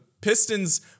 pistons